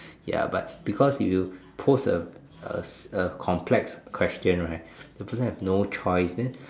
ya but because you post a a a complex question right the person have no choice then